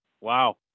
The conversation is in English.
Wow